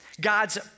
God's